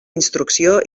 instrucció